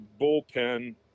bullpen